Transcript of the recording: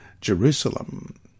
Jerusalem